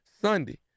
Sunday